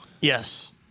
Yes